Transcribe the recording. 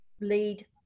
lead